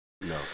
No